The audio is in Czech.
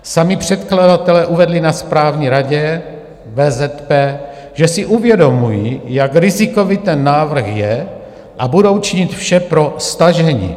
Sami předkladatelé uvedli na správní radě VZP, že si uvědomují, jak rizikový ten návrh je, a budou činit vše pro stažení.